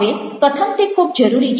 હવે કથન તે ખૂબ જરૂરી છે